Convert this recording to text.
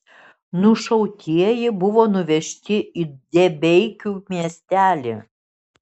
nušautieji buvo nuvežti į debeikių miestelį